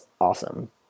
awesome